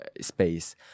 space